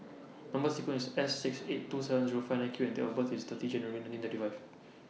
Number sequence IS S six eight two seven Zero five nine Q and Date of birth IS thirty January nineteen thirty five